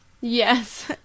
Yes